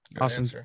Awesome